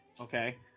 okay